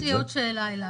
יש לי עוד שאלה לתקציבנית.